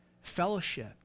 fellowship